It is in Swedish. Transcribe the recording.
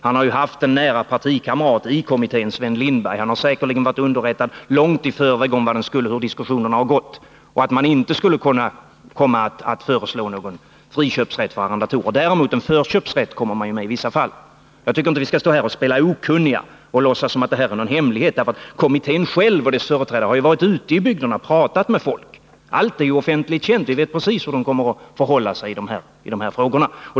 Men han har haft en nära partikamrat i kommittén, Sven Lindberg, och han har säkerligen varit underrättad långt i förväg om hur diskussionerna har gått och om att kommittén inte kommer att föreslå någon friköpsrätt för arrendatorer — däremot en förköpsrätt i vissa fall. Jag tycker inte att vi skall stå här och spela okunniga och låtsas som om det gällde en hemlighet. Företrädare för kommittén har ju varit ute i bygderna och talat med folk. Allt är offentligt känt. Vi vet precis hur kommittén kommer att förhålla sig i de här frågorna.